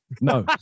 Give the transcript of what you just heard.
No